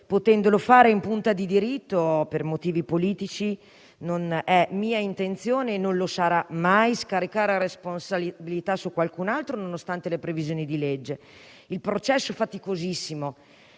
potendolo fare in punta di diritto, per motivi politici, non è mia intenzione - e non lo sarà mai - scaricare la responsabilità su qualcun altro, nonostante le previsioni di legge. Il processo faticosissimo